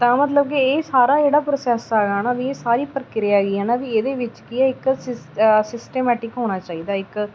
ਤਾਂ ਮਤਲਬ ਕਿ ਇਹ ਸਾਰਾ ਜਿਹੜਾ ਪ੍ਰੋਸੈਸ ਹੈਗਾ ਨਾ ਵੀ ਇਹ ਸਾਰੀ ਪ੍ਰਕਿਰਿਆ ਹੈਗੀ ਹੈ ਨਾ ਵੀ ਇਹਦੇ ਵਿੱਚ ਕੀ ਹੈ ਇੱਕ ਸਿਸ ਸਿਸਟਮੈਟਿਕ ਹੋਣਾ ਚਾਹੀਦਾ ਇੱਕ